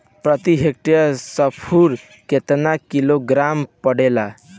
प्रति हेक्टेयर स्फूर केतना किलोग्राम पड़ेला?